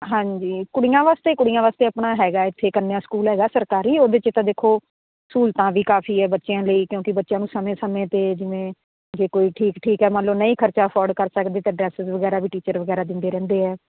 ਹਾਂਜੀ ਕੁੜੀਆਂ ਵਾਸਤੇ ਕੁੜੀਆਂ ਵਾਸਤੇ ਆਪਣਾ ਹੈਗਾ ਇੱਥੇ ਕੰਨਿਆ ਸਕੂਲ ਹੈਗਾ ਸਰਕਾਰੀ ਉਹਦੇ 'ਚ ਤਾਂ ਦੇਖੋ ਸਹੂਲਤਾਂ ਵੀ ਕਾਫੀ ਹੈ ਬੱਚਿਆਂ ਲਈ ਕਿਉਂਕਿ ਬੱਚਿਆਂ ਨੂੰ ਸਮੇਂ ਸਮੇਂ 'ਤੇ ਜਿਵੇਂ ਜੇ ਕੋਈ ਠੀਕ ਠੀਕ ਹੈ ਮੰਨ ਲਓ ਨਹੀਂ ਖਰਚਾ ਅਫੋਡ ਕਰ ਸਕਦੇ ਅਤੇ ਡਰੈਸ ਵਗੈਰਾ ਵੀ ਟੀਚਰ ਵਗੈਰਾ ਦਿੰਦੇ ਰਹਿੰਦੇ ਹੈ